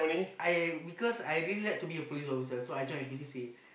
I because I really like to be a police officer so I join N_P_C_C